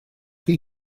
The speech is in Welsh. chi